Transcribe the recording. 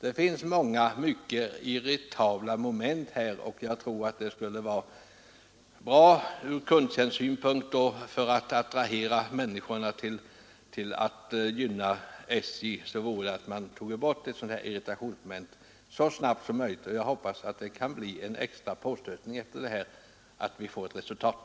Det finns som sagt många irritationsmoment, och det skulle vara bra från kundtjänstsynpunkt och för att attrahera människorna till att gynna SJ att ta bort dessa irritationsmoment så snabbt som möjligt. Jag hoppas att det nu kommer en extra påstötning så att vi får ett resultat.